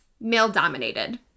male-dominated